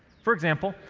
for example,